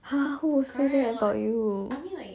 !huh! who would say that about you